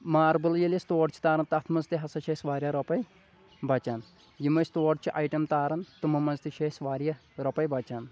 marble ییٚلہِ أسۍ تور چھِ تاران تتھ منٛز تہِ ہسا چھِ أسۍ واریاہ رۄپے بچان یِم أسۍ تور چھِ آیٹم تاران تِمَن منٛز تہِ چھِ أسۍ واریاہ روپے بَچان